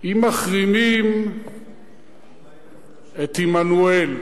אם מחרימים את עמנואל?